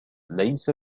ليس